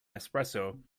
espresso